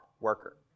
worker